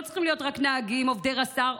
הם לא צריכים להיות רק נהגים או עובדי רס"ר,